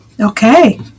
Okay